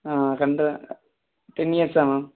ரெண்ட்ரை டென் இயர்ஸாக மேம்